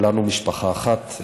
כולנו משפחה אחת.